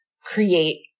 create